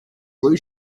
blue